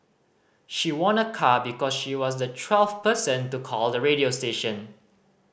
she won a car because she was the twelfth person to call the radio station